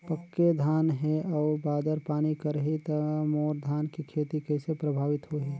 पके धान हे अउ बादर पानी करही त मोर धान के खेती कइसे प्रभावित होही?